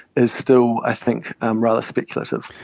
is still i think rather speculative.